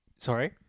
Sorry